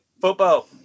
football